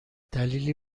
دلیلی